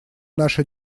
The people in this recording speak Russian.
наши